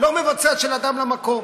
לא מבצע בין אדם למקום.